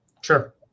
Sure